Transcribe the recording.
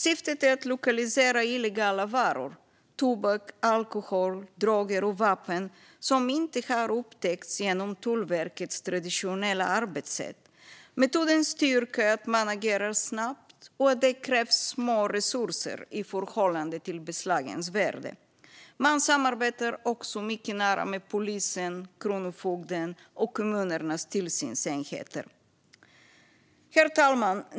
Syftet är att lokalisera illegala varor - tobak, alkohol, droger och vapen - som inte har upptäckts genom Tullverkets traditionella arbetssätt. Metodens styrka är att man agerar snabbt och att det krävs små resurser i förhållande till beslagens värde. Man samarbetar också mycket nära med polisen, Kronofogden och kommunernas tillsynsenheter. Herr talman!